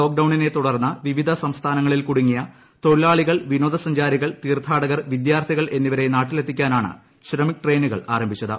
ലോക്ഡൌണിനെ തുടർന്ന് വിവിധ സംസ്ഥാനങ്ങളിൽ കുടുങ്ങിയ തൊഴിലാളികൾ വിനോദ സഞ്ചാരികൾ തീർത്ഥാടകർ വിദ്യാർത്ഥികൾ എന്നിവരെ നാട്ടിലെത്താനാണ് ശ്രമിക് ട്രയിനുകൾ ആരംഭിച്ചത്